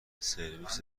سرویس